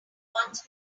once